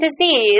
disease